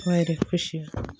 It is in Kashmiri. واریاہ خوٚشی حظ